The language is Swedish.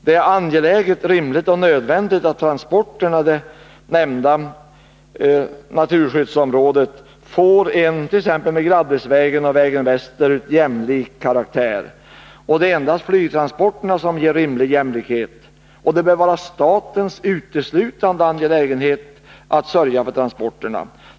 Det är angeläget, rimligt och nödvändigt att transporterna inom naturskyddsområdet får en med exempelvis Graddisvägen och ”vägen västerut” jämlik karaktär. Det är då endast flygtransporterna som ger en rimlig jämlikhet. Det bör uteslutande vara en statens angelägenhet att sörja för transporterna.